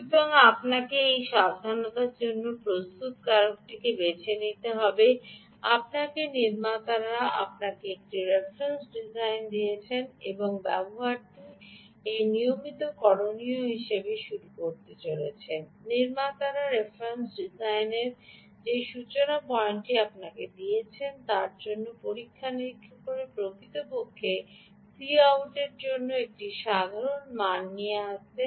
সুতরাং আপনাকে এই সাবধানতার সাথে প্রস্তুতকারকটি বেছে নিতে হবে আপনাকে নির্মাতারা আপনাকে একটি রেফারেন্স ডিজাইন দিতেন এবং এই ব্যবহারটি এটি নিয়মিত করণীয় হিসাবে শুরু হিসাবে ব্যবহার করুন নির্মাতারা রেফারেন্স ডিজাইনের আপনি একটি সূচনা পয়েন্ট হিসাবে ব্যবহার করা উচিত কারণ আপনি বেশ খানিকটা পরীক্ষা নিরীক্ষা করে প্রকৃতপক্ষে Cout র জন্য একটি সাধারণ মান নিয়ে আসতেন